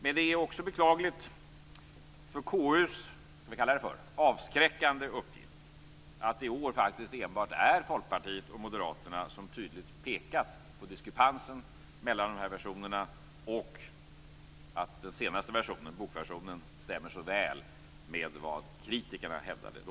Men det är också beklagligt för KU:s avskräckande uppgift att det i år faktiskt enbart är Folkpartiet och Moderaterna som tydligt har pekat på diskrepansen mellan de två versionerna och på att den senaste versionen, bokversionen, stämmer så väl med vad kritikerna hävdade då.